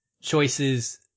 choices